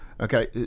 okay